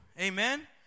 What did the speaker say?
Amen